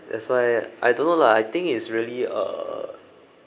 that's why I don't know lah I think it's really err